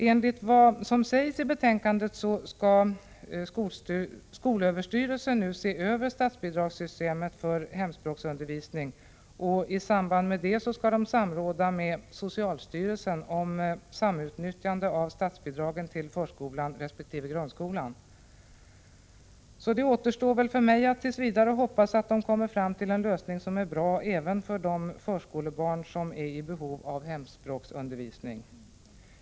Enligt betänkandet skall skolöverstyrelsen nu se över statsbidragssystemet för hemspråksundervisning och i samband med det skall SÖ samråda med socialstyrelsen om samutnyttjande av statsbidragen till förskolan resp. grundskolan. Det återstår väl för mig att tills vidare hoppas att man kommer fram till en lösning som är bra även för de förskolebarn som är i behov av hemspråksundervisning.